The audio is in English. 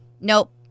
Nope